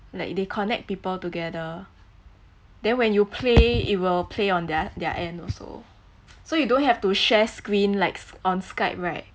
like they connect people together then when you play it will play on their their end also so you don't have to share screen likes on skype right